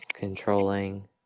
controlling